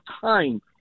time